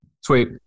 Sweet